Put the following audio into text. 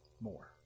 more